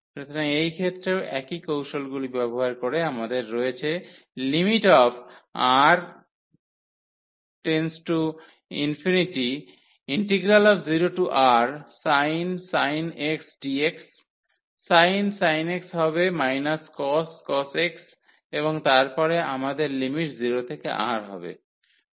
সুতরাং এই ক্ষেত্রেও একই কৌশলগুলি ব্যবহার করে আমাদের রয়েছে lim⁡R→∞0Rsin x dx sin x হবে cos x এবং তারপরে আমাদের লিমিট 0 থেকে R হবে